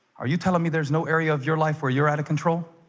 are you telling me? there's no area of your life where you're out of control?